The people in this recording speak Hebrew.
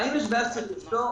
האם יש בעיה שצריך לפתור?